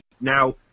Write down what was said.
Now